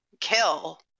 kill